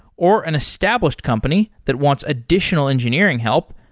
or an established company that wants additional engineering help,